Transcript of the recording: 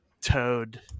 toad